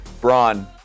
Braun